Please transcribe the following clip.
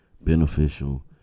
beneficial